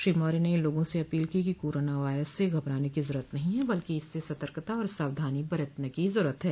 श्री मौर्य ने लोगों से अपील की कि कोरोना वायरस से घबराने की जरूरत नहीं है बल्कि इससे सतर्कता और सावधानी बरतने के जरूरत है